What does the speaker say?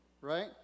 Right